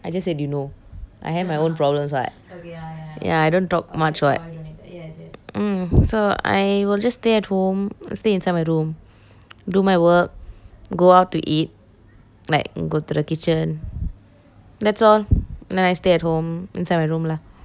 I just said you know I have my own problems [what] ya I don't talk much [what] mm so I will just stay at home stay inside my room do my work go out to eat like go to the kitchen that's all then I stay at home inside my room lah